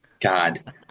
God